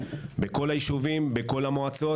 בכל היישובים ובכל המועצות.